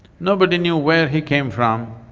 nobody knew where he came from,